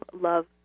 love